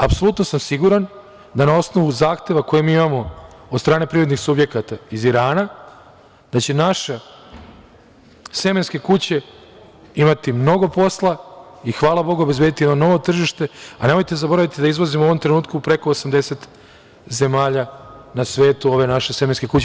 Apsolutno sam siguran da na osnovu zahteva koji imamo od strane privrednih subjekata iz Irana, da će naše semenske kuće imati mnogo posla i hvala Bogu obezbediti jedno novo tržište, a nemojte da zaboravite da izvozimo u ovom trenutku u preko 80 zemalja u svetu ove naše semenske kuće.